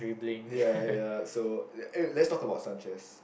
ya ya so eh let's talk about Sanchez